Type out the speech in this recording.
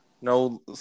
No